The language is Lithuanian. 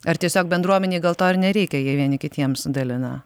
ar tiesiog bendruomenei gal to ir nereikia jie vieni kitiems dalina